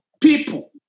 people